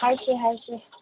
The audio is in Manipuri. ꯍꯥꯏꯁꯦ ꯍꯥꯏꯁꯦ